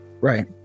Right